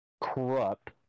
corrupt